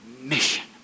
mission